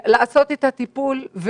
לעשות את הטיפול,